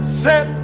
set